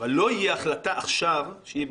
אבל לא תהיה החלטה עכשיו שהיא,